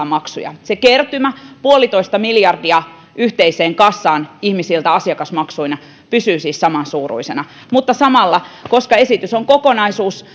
maksuja se kertymä puolitoista miljardia yhteiseen kassaan ihmisiltä asiakasmaksuina pysyy siis samansuuruisena mutta samalla koska esitys on kokonaisuus